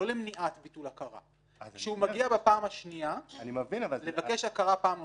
לא למניעת ביטול הכרה; כשהוא מגיע בפעם השנייה לבקש הכרה פעם נוספת,